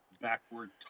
backward